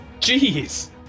Jeez